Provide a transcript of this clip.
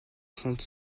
centre